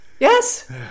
Yes